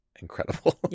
incredible